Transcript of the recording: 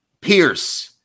pierce